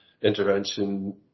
Intervention